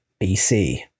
BC